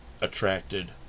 attracted